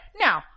Now